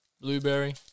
blueberry